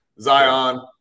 Zion